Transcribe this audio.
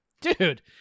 Dude